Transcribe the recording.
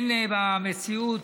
במציאות,